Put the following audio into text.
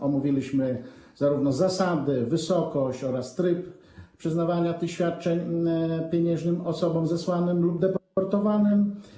Omówiliśmy zarówno zasady, wysokość, jak i tryb przyznawania tych świadczeń pieniężnych osobom zesłanym lub deportowanym.